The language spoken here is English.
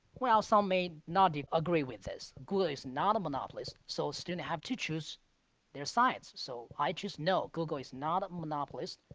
well, some may not agree with this. google is not a monopolist. so student have to choose their sides. so, i choose no. google is not a monopolist.